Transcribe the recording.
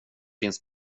finns